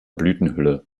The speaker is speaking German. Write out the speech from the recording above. blütenhülle